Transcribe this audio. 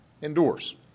endures